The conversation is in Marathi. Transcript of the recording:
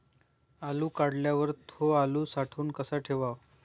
आलू काढल्यावर थो आलू साठवून कसा ठेवाव?